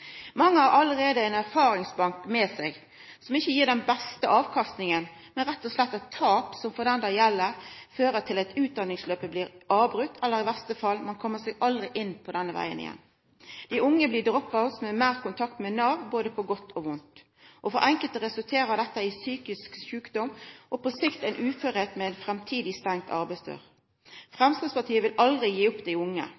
Mange har allereie ein erfaringsbank med seg som ikkje gir den beste avkastinga, men rett og slett eit tap som for den det gjeld, fører til at utdanningsløpet blir avbrote, eller i verste fall at ein aldri kjem seg inn på denne vegen igjen. Dei unge blir «drop-outs» med meir kontakt med Nav både på godt og vondt. Og for somme resulterer det i psykisk sjukdom og på sikt ein uførleik med ei framtidig